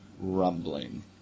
rumbling